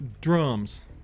Drums